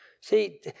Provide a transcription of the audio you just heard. See